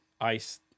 ice